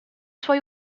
suoi